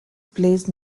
placed